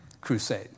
crusade